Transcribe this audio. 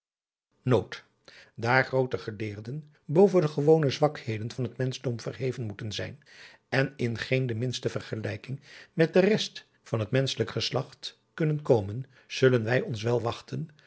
dedaar groote geleerden boven de gewone zwakheden van het menschdom verheven moeten zijn en in geen de minste vergelijking met de rest van het menschelijk geslacht kunnen komen zullen wij ons wel wachten